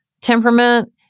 temperament